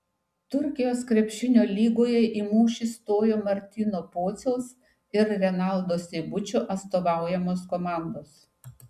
turkijos krepšinio lygoje į mūšį stojo martyno pociaus ir renaldo seibučio atstovaujamos komandos